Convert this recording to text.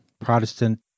Protestant